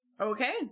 Okay